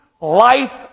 life